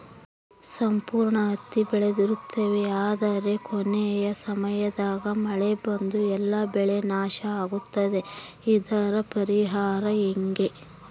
ಸಂಪೂರ್ಣ ಹತ್ತಿ ಬೆಳೆದಿರುತ್ತೇವೆ ಆದರೆ ಕೊನೆಯ ಸಮಯದಾಗ ಮಳೆ ಬಂದು ಎಲ್ಲಾ ಬೆಳೆ ನಾಶ ಆಗುತ್ತದೆ ಇದರ ಪರಿಹಾರ ಹೆಂಗೆ?